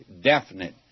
definite